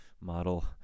model